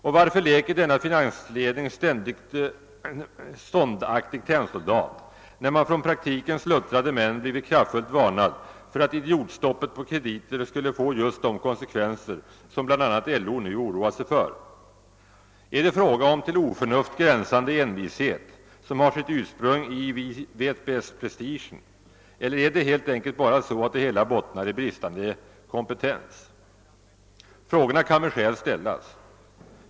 Och varför leker denna finansledning ståndaktig tennsoldat, när man från praktikens luttrade män blivit kraftfullt varnad för att idiotstoppet på krediter skulle få just de konsekvenser som bl.a. LO nu oroar sig för? Är det fråga om till oförnuft gränsande envishet som har sitt ursprung i »vi vet bäst«prestigen eller är det helt enkelt bara så att det hela bottnar i bristande kompetens? Frågorna kan med skäl ställas.